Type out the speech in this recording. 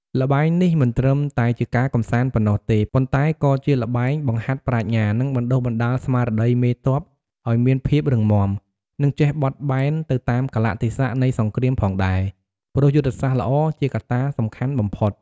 ល្បែងនេះមិនត្រឹមតែជាការកម្សាន្តប៉ុណ្ណោះទេ ប៉ុន្តែក៏ជាល្បែងបង្ហាត់ប្រាជ្ញា និងបណ្ដុះបណ្ដាលស្មារតីមេទ័ពឱ្យមានភាពរឹងមាំ និងចេះបត់បែនទៅតាមកាលៈទេសៈនៃសង្គ្រាមផងដែរ ព្រោះយុទ្ធសាស្ត្រល្អជាកត្តាសំខាន់បំផុត។